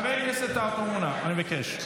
חבר הכנסת עטאונה, אני מבקש.